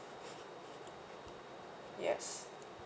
yes